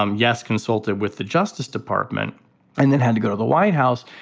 um yes consulted with the justice department and then had to go to the white house.